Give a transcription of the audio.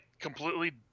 completely